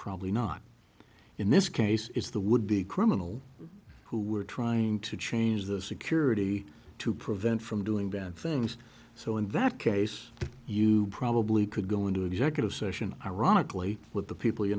probably not in this case is the would be criminal who were trying to change the security to prevent from doing bad things so in that case you probably could go into executive session ironically with the people you